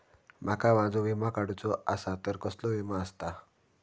माका माझो विमा काडुचो असा तर कसलो विमा आस्ता?